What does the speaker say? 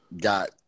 got